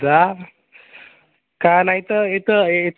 जा का नाही तर येतं येत